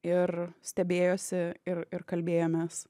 ir stebėjosi ir ir kalbėjomės